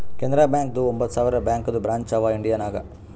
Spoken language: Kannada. ಕೆನರಾ ಬ್ಯಾಂಕ್ದು ಒಂಬತ್ ಸಾವಿರ ಬ್ಯಾಂಕದು ಬ್ರ್ಯಾಂಚ್ ಅವಾ ಇಂಡಿಯಾ ನಾಗ್